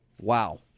Wow